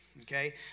okay